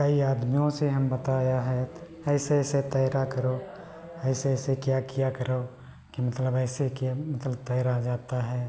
कई आदमियों से हमने बताया है ऐसे ऐसे तैरा करो ऐसे ऐसे किया किया करो कि मतलब ऐसे कि मतलब तैरा जाता है